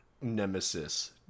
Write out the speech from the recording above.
nemesis